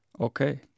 Okay